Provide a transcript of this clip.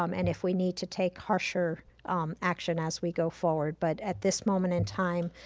um and if we need to take harsher action as we go forward, but at this moment in time,